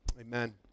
amen